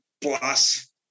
plus